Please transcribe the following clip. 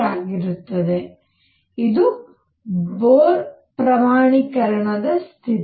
ಇದು ಬೊರ್ ಪ್ರಮಾಣೀಕರಣ ಸ್ಥಿತಿ